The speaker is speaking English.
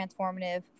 transformative